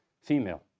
female